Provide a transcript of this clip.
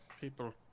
people